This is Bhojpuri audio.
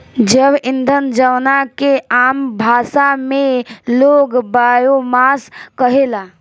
जैव ईंधन जवना के आम भाषा में लोग बायोमास कहेला